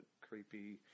creepy